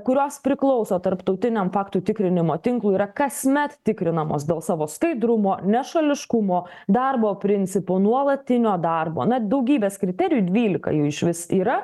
kurios priklauso tarptautiniam faktų tikrinimo tinklui yra kasmet tikrinamos dėl savo skaidrumo nešališkumo darbo principų nuolatinio darbo na daugybės kriterijų dvylika jų išvis yra